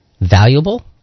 valuable